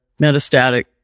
metastatic